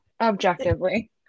Objectively